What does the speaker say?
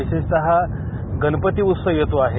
विशेषतः गणपती उत्सव येतो आहे